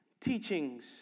teachings